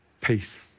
peace